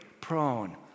prone